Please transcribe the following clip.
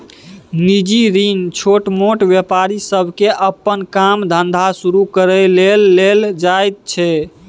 निजी ऋण छोटमोट व्यापारी सबके अप्पन काम धंधा शुरू करइ लेल लेल जाइ छै